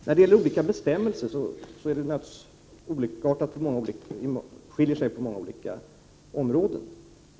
När det gäller olika bestämmelser så skiljer de sig naturligtvis på många områden.